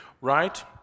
right